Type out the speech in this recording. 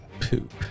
Poop